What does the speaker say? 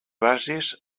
bases